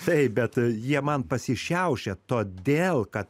taip bet jie man pasišiaušia todėl kad